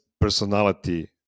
personality